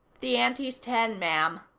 the ante's ten, ma'am,